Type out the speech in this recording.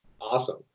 Awesome